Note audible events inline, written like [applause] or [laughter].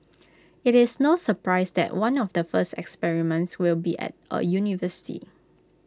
[noise] IT is no surprise that one of the first experiments will be at A university